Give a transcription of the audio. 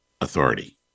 authority